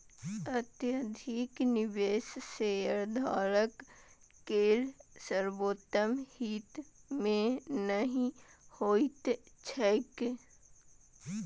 अत्यधिक निवेश शेयरधारक केर सर्वोत्तम हित मे नहि होइत छैक